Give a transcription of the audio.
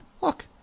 Look